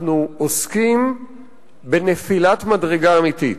אנחנו עוסקים בנפילת מדרגה אמיתית.